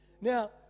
Now